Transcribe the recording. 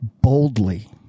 boldly